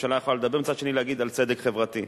שהממשלה יכולה לדבר, ומצד שני לדבר על צדק חברתי.